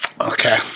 okay